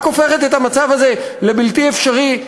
רק הופכת את המצב הזה לבלתי אפשרי,